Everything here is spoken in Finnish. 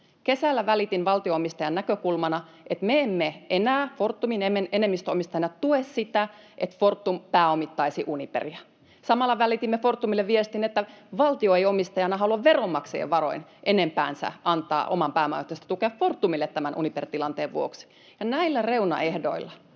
kesällä välitin valtio-omistajan näkökulmana, että me emme enää Fortumin enemmistöomistajana tue sitä, että Fortum pääomittaisi Uniperia. Samalla välitimme Fortumille viestin, että valtio ei omistajana halua veronmaksajien varoin enempäänsä antaa oman pääoman ehtoista tukea Fortumille tämän Uniper-tilanteen vuoksi. Näillä reunaehdoilla